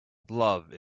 love